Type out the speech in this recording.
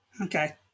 Okay